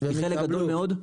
חלק גדול מאוד.